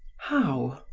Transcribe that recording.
how?